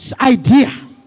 idea